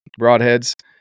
broadheads